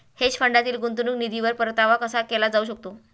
Hedge फंडातील गुंतवणूक निधीवर परतावा कसा केला जाऊ शकतो?